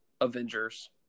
Avengers